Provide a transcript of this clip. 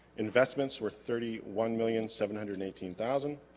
investments were thirty one million seven hundred eighteen thousand